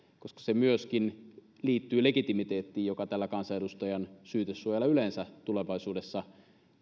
koska se myöskin liittyy legitimiteettiin joka tällä kansanedustajan syytesuojalla yleensä tulevaisuudessa